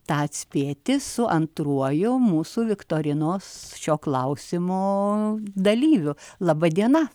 tą atspėti su antruoju mūsų viktorinos šio klausimo dalyviu laba diena